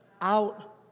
Out